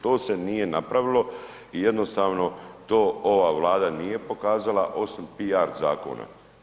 To se nije napravilo i jednostavno to ova Vlada nije pokazala osim PR zakona.